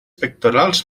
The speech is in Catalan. pectorals